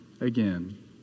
again